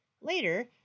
Later